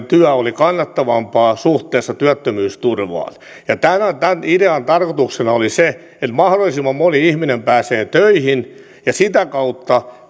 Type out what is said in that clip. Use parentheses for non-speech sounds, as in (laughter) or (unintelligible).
(unintelligible) työ oli kannattavampaa suhteessa työttömyysturvaan tämän idean tarkoituksena oli se että mahdollisimman moni ihminen pääsee töihin ja sitä kautta (unintelligible)